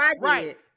Right